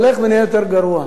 הוא הולך ונהיה יותר גרוע.